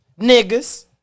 Niggas